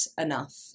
enough